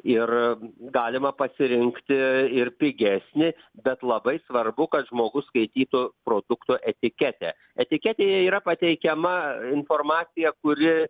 ir galima pasirinkti ir pigesnį bet labai svarbu kad žmogus skaitytų produkto etiketę etiketėje yra pateikiama informacija kuri